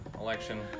election